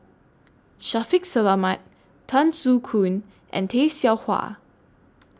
Shaffiq Selamat Tan Soo Khoon and Tay Seow Huah